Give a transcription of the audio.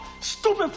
stupid